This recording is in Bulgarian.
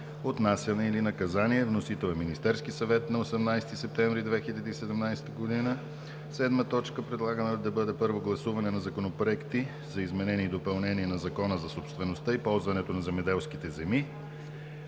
отнасяне или наказание. Вносител е Министерският съвет на 18 септември 2017 г. 7. Първо гласуване на Законопроекти за изменение и допълнение на Закона за собствеността и ползването на земеделските земи.